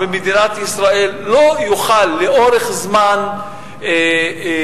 במדינת ישראל לא יוכל לאורך זמן לעמוד